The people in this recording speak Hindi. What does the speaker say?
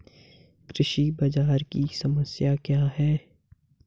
कृषि बाजार की समस्या क्या है?